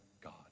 God